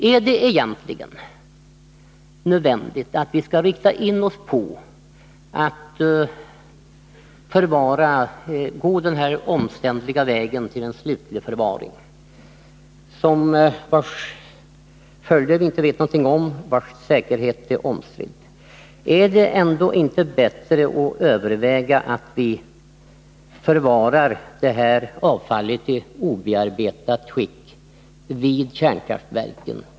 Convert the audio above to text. Är det egentligen nödvändigt att vi inriktar oss på en så omständlig väg till slutlig förvaring, vars följder vi inte vet någonting om och vars säkerhet är omstridd? Är det inte bättre att överväga om vi skall förvara detta avfall i obearbetat skick vid kärnkraftverken?